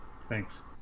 Thanks